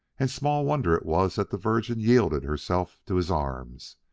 and small wonder it was that the virgin yielded herself to his arms,